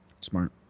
smart